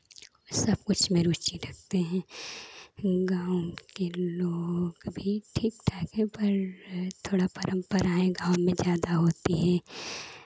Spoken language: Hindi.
सबकुछ में रुचि रखते हैं गाँव के लोग भी ठीक ठाक हैं पर थोड़ा परम्पराएं गाँव में ज़्यादा होती है